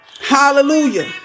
Hallelujah